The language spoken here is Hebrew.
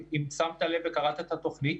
אם שמת לב וקראת את התוכנית,